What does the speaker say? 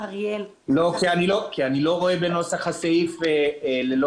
--- כי אני לא רואה בנוסח הסעיף את המילים "ללא